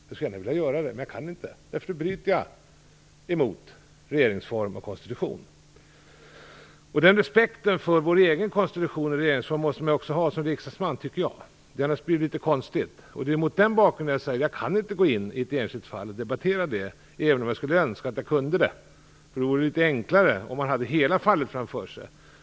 Jag skulle gärna vilja göra det, men jag kan inte, därför att då bryter jag mot regeringsform och konstitution. Den respekten för vår egen konstitution och regeringsform måste man också ha som riksdagsman, tycker jag. Annars blir det litet konstigt. Det är mot den bakgrunden jag säger att jag inte kan gå in i ett enskilt fall och debattera det, även om jag skulle önska att jag kunde det. Det vore enklare om man hade hela fallet framför sig.